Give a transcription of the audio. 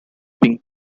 being